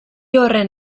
horren